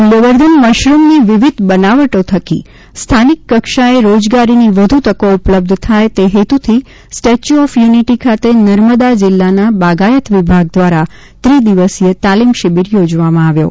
મૂલ્યવર્ધન મશરૂમની વિવિધ બનાવટો થકી સ્થાનિક કક્ષાએ રોજગારીની વધુ તકો ઉપલબ્ધ થાય તે હેતુથી સ્ટેચ્યુ ઓફ યુનિટી ખાતે નર્મદા જિલ્લાના બાગાયત વિભાગ દ્વારા ત્રિદિવસીય તાલીમ શિબિર યોજવામાં આવ્યો હતો